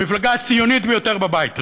אני בא מתוך המפלגה הציונית ביותר בבית הזה,